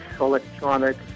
electronic